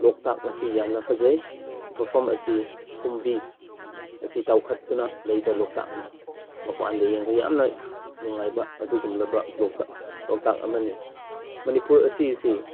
ꯂꯣꯛꯇꯥꯛ ꯑꯁꯤ ꯌꯥꯝꯅ ꯐꯖꯩ ꯃꯐꯝ ꯑꯁꯤ ꯐꯨꯝꯗꯤ ꯑꯁꯤ ꯇꯥꯎꯈꯠꯇꯨꯅ ꯂꯩꯕ ꯂꯣꯛꯇꯥꯛꯅꯤ ꯃꯄꯥꯟꯗ ꯌꯦꯡꯕ ꯌꯥꯝꯅ ꯅꯨꯡꯉꯥꯏꯕ ꯑꯗꯨꯒꯨꯝꯂꯕ ꯂꯣꯛꯇꯥꯛ ꯂꯣꯛꯇꯥꯛ ꯑꯃꯅꯤ ꯃꯅꯤꯄꯨꯔ ꯑꯁꯤꯁꯤ